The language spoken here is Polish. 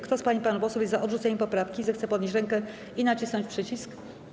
Kto z pań i panów posłów jest za odrzuceniem poprawki, zechce podnieść rękę i nacisnąć przycisk.